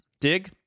Dig